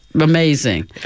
amazing